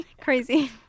Crazy